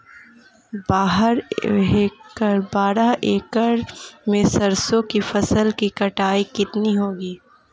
बारह एकड़ में सरसों की फसल की कटाई कितनी होगी?